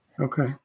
Okay